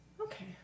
Okay